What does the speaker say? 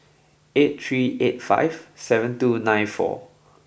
eight three eight five seven two nine four